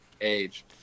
age